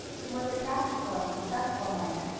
he was a practical and successful miner,